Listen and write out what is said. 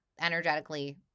Energetically